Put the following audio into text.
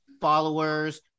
followers